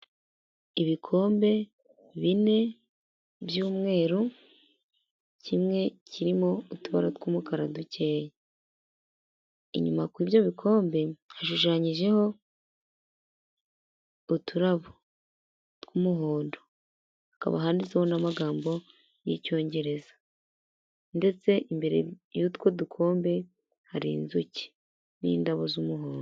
Ibikombe bine by'mweru kimwe kirimo utubara tw'umukara dukeya, inyuma kw'ibyo bikombe hashushanyijeho uturabo tw'umuhondo, hakaba handitsiho n'amagambo y'icyongereza ndetse imbere y'utwo dukombe hari inzuki n'indabo z'umuhondo.